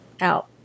out